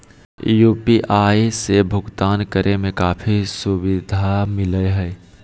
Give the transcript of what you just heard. UPI से भुकतान करे में काफी सुबधा मिलैय हइ